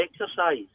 exercise